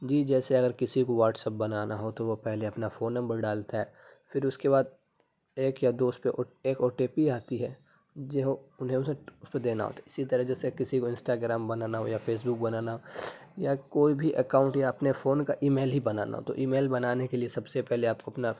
جی جیسے اگر کسی کو واٹس ایپ بنانا ہو تو وہ پہلے اپنا فون نمبر ڈالتا ہے پھر اس کے بعد ایک یا دو اس پہ ایک او ٹی پی آتی ہے جو انہیں اسے اس کو دینا ہوتا ہے اسی طرح جیسے کسی کو انسٹاگرام بنانا ہو یا فیس بک بنانا ہو یا کوئی بھی اکاؤنٹ یا اپنے فون کا ای میل ہی بنانا ہو تو ای میل بنانے کے لیے سب سے پہلے آپ کو اپنا